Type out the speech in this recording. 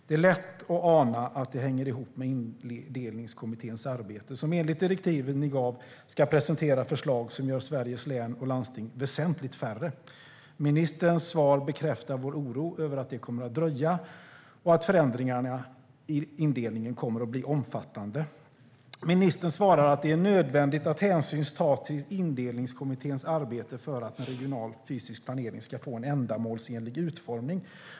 Det är lätt att ana att det hänger ihop med Indelningskommitténs arbete, som enligt direktiven man gav ska presentera förslag som gör Sveriges län och landsting väsentligt färre. Ministerns svar bekräftar vår oro att detta kommer att dröja och att förändringarna av indelningen kommer att bli omfattande. Ministern svarar att det är nödvändigt att hänsyn tas till Indelningskommitténs arbete för att en regional fysisk planering ska få en ändamålsenlig utformning.